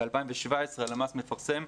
הלמ"ס מפרסם,